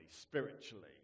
spiritually